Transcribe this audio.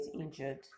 injured